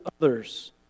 others